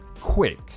quick